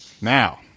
now